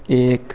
एक